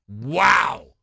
wow